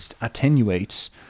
attenuates